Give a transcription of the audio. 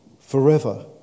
forever